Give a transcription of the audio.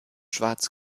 schwarz